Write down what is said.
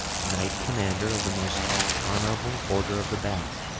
knight commander of the most honorable order of the bath,